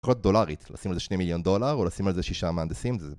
יכולת דולרית, לשים על זה שני מיליון דולר או לשים על זה שישה מהנדסים